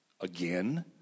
again